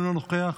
אינו נוכח,